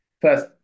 First